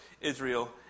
Israel